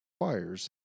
requires